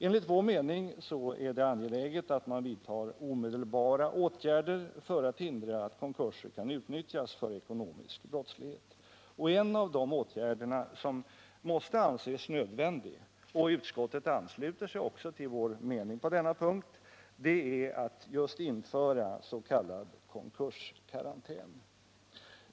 Enligt vår mening är det angeläget att man vidtar omedelbara åtgärder för att hindra att konkurser kan utnyttjas för ekonomisk brottslighet. En av de åtgärder som måste anses nödvändiga — utskottet ansluter sig också till vår mening på denna punkt —är just att införa s.k. konkurskarantän.